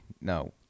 no